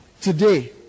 today